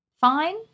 Fine